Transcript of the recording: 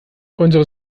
unsere